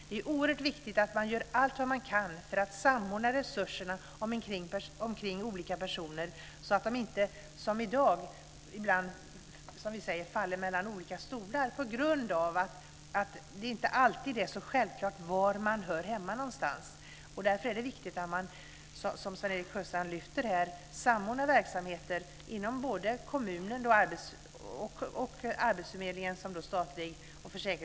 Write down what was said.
Det är oerhört viktigt att man gör allt vad man kan för att samordna resurserna omkring olika personer så att de inte som i dag ibland faller mellan stolarna, som man säger, på grund av att det inte alltid är så självklart var man hör hemma någonstans. Därför är det viktigt att man samordnar verksamheter inom både kommunen, arbetsförmedlingen, staten och försäkringskassan, som Sven-Erik Sjöstrand lyfter fram här.